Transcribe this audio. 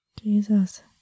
Jesus